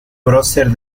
prócer